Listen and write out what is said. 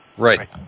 Right